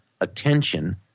attention